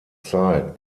zeit